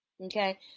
Okay